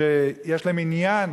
שיש להם עניין